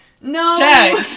no